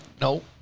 No